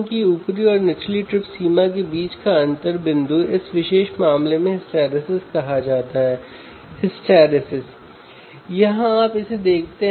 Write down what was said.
क्या आप सिग्नल को बढ़ा सकते हैं